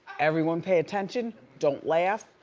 everyone pay attention, don't laugh,